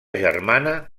germana